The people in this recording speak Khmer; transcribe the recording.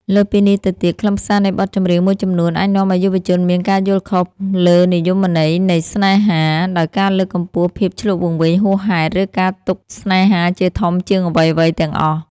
លើសពីនេះទៅទៀត ខ្លឹមសារនៃបទចម្រៀងមួយចំនួនអាចនាំឱ្យយុវជនមានការយល់ខុសលើនិយមន័យនៃស្នេហា ដោយការលើកកម្ពស់ភាពឈ្លក់វង្វេងហួសហេតុ ឬការទុកស្នេហាជាធំជាងអ្វីៗទាំងអស់។